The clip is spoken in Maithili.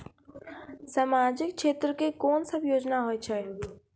समाजिक क्षेत्र के कोन सब योजना होय छै?